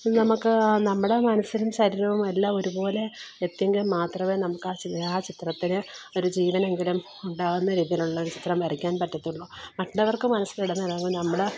നമുക്ക് നമ്മുടെ മനസ്സും ശരീരവും എല്ലാം ഒരുപോലെ എത്തിയെങ്കിൽ മാത്രമേ നമുക്ക് ആ ചി ആ ചിത്രത്തിന് ഒരു ജീവനെങ്കിലും ഉണ്ടാകാവുന്ന രീതിയിലുള്ളൊരു ചിത്രം വരക്കാൻ പറ്റത്തുള്ളൂ മറ്റുള്ളവർക്ക് നമ്മുടെ